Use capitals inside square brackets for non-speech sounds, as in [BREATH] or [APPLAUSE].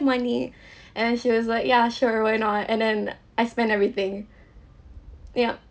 money [BREATH] and then she was like yeah sure why not and then I spent everything [BREATH] ya